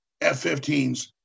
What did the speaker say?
F-15s